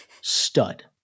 Stud